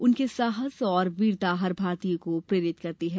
उनका साहस और वीरता हर भारतीय को प्रेरित करती है